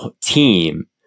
team